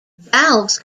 valves